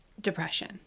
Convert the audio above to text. depression